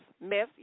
Miss